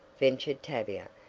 ventured tavia.